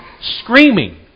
screaming